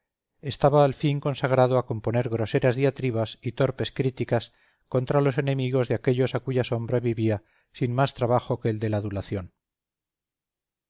estaba al fin consagrado a componer groseras diatribas y torpes críticas contra los enemigos de aquellos a cuya sombra vivía sin más trabajo que el de la adulación